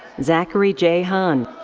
zackary j. han.